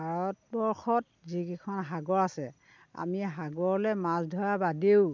ভাৰতবৰ্ষত যিকেইখন সাগৰ আছে আমি সাগৰলৈ মাছ ধৰাৰ বাদেও